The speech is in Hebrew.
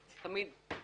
איתן הוא נדיב תמיד.